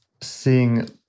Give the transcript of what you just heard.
seeing